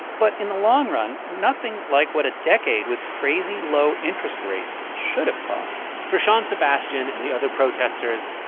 but in the long run, nothing like what a decade with crazy-low interest rates should have caused for shawn sebastian and the other protesters,